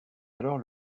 alors